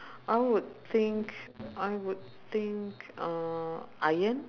I would think I would think uh iron